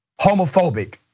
homophobic